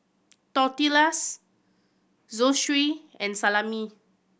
Tortillas Zosui and Salami